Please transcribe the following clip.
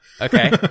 Okay